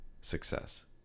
success